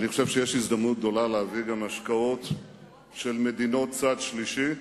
אני חושב שיש הזדמנות גדולה להביא גם השקעות של מדינות צד שלישי,